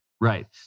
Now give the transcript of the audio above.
Right